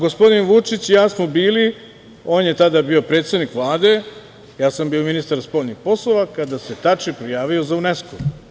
Gospodin Vučić i ja smo bili, on je tada bio predsednik Vlade a ja sam bio ministar spoljnih poslova, kada se Tači prijavio za UNESKO.